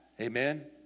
Amen